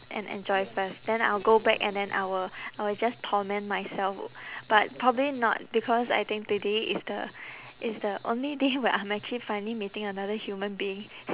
and enjoy first then I'll go back and then I will I will just torment myself o~ but probably not because I think today is the is the only day when I'm actually finally meeting another human being